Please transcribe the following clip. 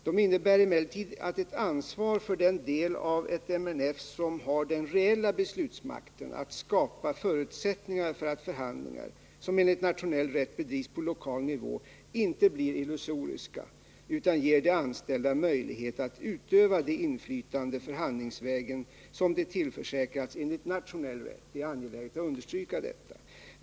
De innebär emellertid ett ansvar för den del av ett multinationellt företag som har den reella beslutsmakten att skapa förutsättningar för att förhandlingar som enligt nationell rätt bedrivs på lokal nivå inte blir illusoriska utan ger de anställda möjlighet att utöva det inflytande förhandlingsvägen som de tillförsäkrats enligt nationell rätt — det är angeläget att understryka detta.